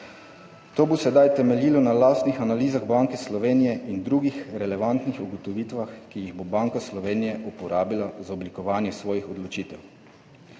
To bo sedaj temeljilo na lastnih analizah Banke Slovenije in drugih relevantnih ugotovitvah, ki jih bo Banka Slovenije uporabila za oblikovanje svojih odločitev.